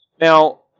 Now